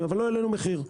אבל לא העלינו מחיר.